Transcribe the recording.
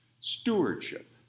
Stewardship